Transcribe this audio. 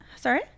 Sorry